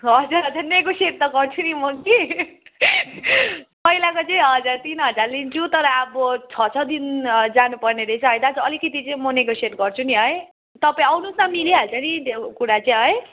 हजुर हजुर नेगोसिएट त गर्छु नि म कि पहिलाको चाहिँ हजुर तिन हजार लिन्छु तर अब छ छ दिन जानुपर्ने रहेछ है दाजु अलिकति चाहिँ म नेगोसिएट गर्छु नि है तपाईँ आउनुहोस् न मिलिहाल्छ नि त्यो कुरा चाहिँ है